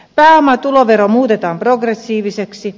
pääomatulovero muutetaan progressiiviseksi